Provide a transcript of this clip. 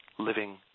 living